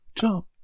jump